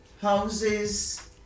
houses